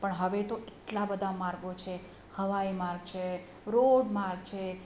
પણ હવે તો એટલા બધા માર્ગો છે હવાઈ માર્ગ છે રોડ માર્ગ છે